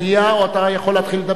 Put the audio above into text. או אתה יכול להתחיל לדבר.